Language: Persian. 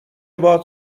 باهات